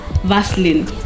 Vaseline